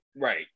Right